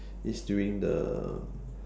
is during the